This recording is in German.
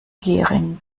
gehring